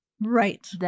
Right